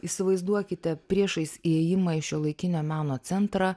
įsivaizduokite priešais įėjimą į šiuolaikinio meno centrą